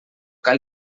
cal